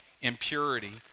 impurity